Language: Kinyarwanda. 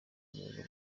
rwego